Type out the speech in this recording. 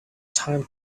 time